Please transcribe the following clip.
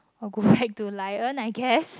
I'll go back to lion I guess